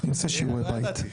אני עושה שיעורי בית.